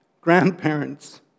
Grandparents